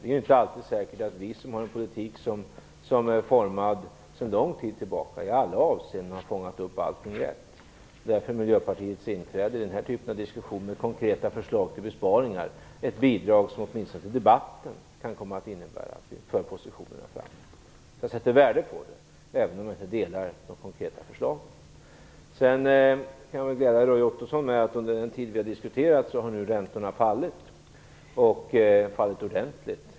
Det är inte säkert att vi som har en politik som är formad sedan långt tid tillbaka i alla avseenden har fångat upp allting rätt. Därför är Miljöpartiets inträde i sådana här diskussioner, där man kommer med konkreta förslag till besparingar, ett bidrag som åtminstone i debatten kan komma att innebära att vi för positionerna framåt. Jag sätter värde på det även om jag inte delar Miljöpartiets uppfattning när det gäller de konkreta förslagen. Jag kan glädja Roy Ottosson med att räntorna, under den tid som vi har diskuterat, har fallit ordentligt.